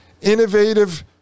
innovative